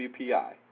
WPI